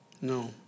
No